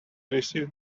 received